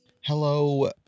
Hello